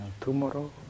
tomorrow